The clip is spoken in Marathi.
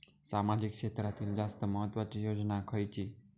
सामाजिक क्षेत्रांतील जास्त महत्त्वाची योजना खयची?